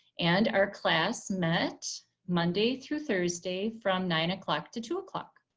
and our class met monday through thursday from nine o'clock to two o'clock.